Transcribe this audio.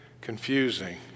confusing